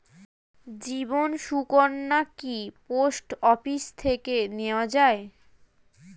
জীবন সুকন্যা কি post office থেকে নেওয়া যায়?